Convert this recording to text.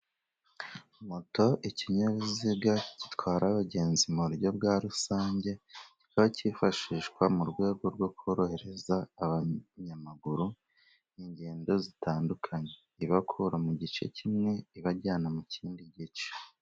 Moto ikinyabiziga gitwara abagenzi mu buryo bwa rusange. Bakifashisha mu rwego rwo korohereza abanyamaguru ingendo zitandukanye. Ibakura mu gice kimwe ibajyana mu kindi gice.